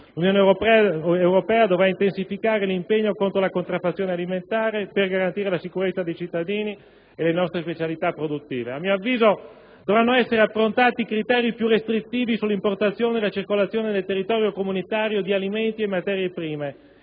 L'Unione Europea dovrà intensificare l'impegno contro la contraffazione alimentare per garantire la sicurezza dei cittadini e le nostre specialità produttive. A mio avviso, dovranno essere approntati criteri più restrittivi sull'importazione e sulla circolazione nel territorio comunitario di alimenti e materie prime,